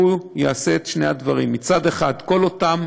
והוא יעשה את שני הדברים, מצד אחד, כל אותם